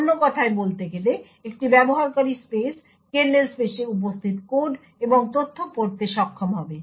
অন্য কথায় বলতে গেলে একটি ব্যবহারকারী স্পেস কার্নেল স্পেসে উপস্থিত কোড এবং তথ্য পড়তে সক্ষম হবে